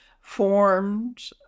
formed